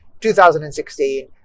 2016